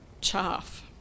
chaff